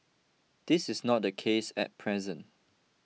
this is not the case at present